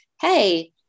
hey